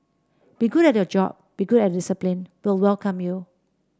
be good at your job be good at your discipline we'd welcome you